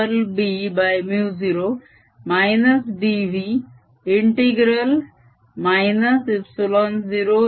curl Bμ0 dv∫ ε0E